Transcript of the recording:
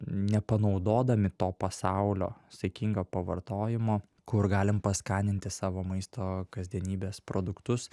nepanaudodami to pasaulio saikinga pavartojimo kur galim paskaninti savo maisto kasdienybės produktus